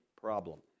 problem